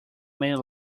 many